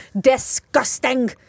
Disgusting